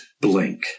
blink